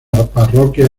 parroquia